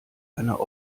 einer